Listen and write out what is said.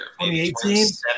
2018